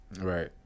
Right